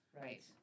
Right